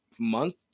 month